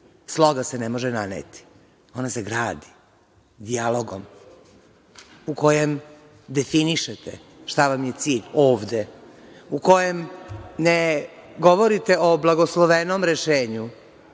Sloga se ne može naneti, ona se gradi, dijalogom u kojem definišete šta vam je cilj ovde, u kojem ne govorite o blagoslovenom rešenju